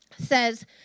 says